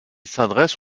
s’adresse